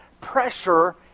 pressure